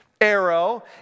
arrow